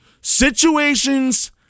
Situations